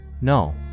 No